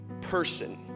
person